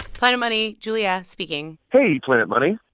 planet money. julia speaking hey, planet money.